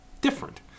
different